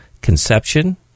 conception